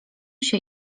się